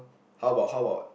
how about how about